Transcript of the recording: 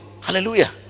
Hallelujah